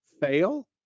fail